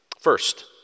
First